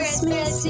Christmas